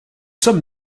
sommes